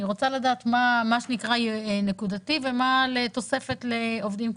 אני רוצה לדעת מה שנקרא נקודתי ומה לתוספת לעובדים קבועים,